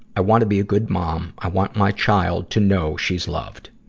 i want to be a good mom. i want my child to know she's loved.